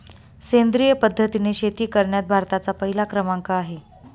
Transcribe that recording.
सेंद्रिय पद्धतीने शेती करण्यात भारताचा पहिला क्रमांक आहे